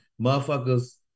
Motherfuckers